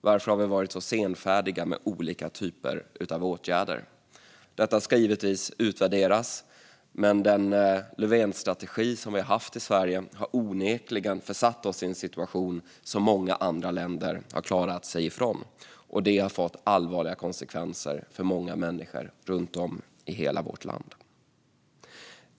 Varför har vi i Sverige varit så senfärdiga med olika typer av åtgärder? Detta ska givetvis utvärderas. Men den Löfvenstrategi som vi har haft i Sverige har onekligen försatt oss i en situation som många andra länder har klarat sig ifrån. Det har fått allvarliga konsekvenser för många människor runt om i hela vårt land.